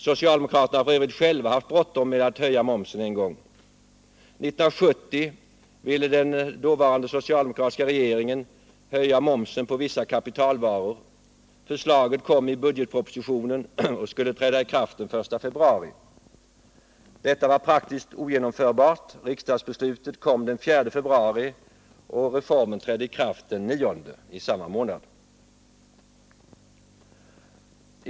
Socialdemokraterna har f. ö. själva haft bråttom med att höja momsen en gång. År 1970 ville den dåvarande socialdemokratiska regeringen höja momsen på vissa kapitalvaror. Förslaget kom i budgetpropositionen och skulle träda i kraft den 1 februari. Detta var dock praktiskt ogenomförbart. Riksdagsbeslutet fattades den 4 februari och reformen trädde i kraft den 9 i samma månad.